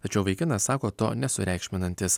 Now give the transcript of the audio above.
tačiau vaikinas sako to nesureikšminantis